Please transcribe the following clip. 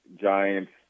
Giants